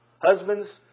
Husband's